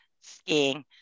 skiing